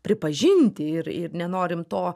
pripažinti ir ir nenorim to